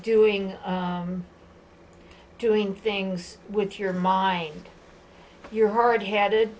doing doing things with your mind you're hard headed